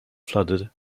flooded